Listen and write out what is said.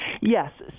Yes